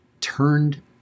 turned